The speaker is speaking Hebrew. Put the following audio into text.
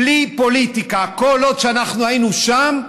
בלי פוליטיקה, כל עוד אנחנו היינו שם,